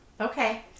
Okay